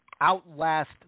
outlast